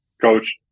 coach